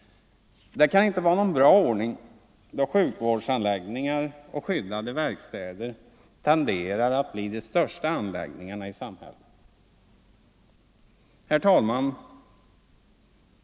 Det kan inte vara någon bra ordning då sjukvårdsanlägg ningar och skyddade verkstäder tenderar att bli de största anläggningarna i samhället. Herr talman!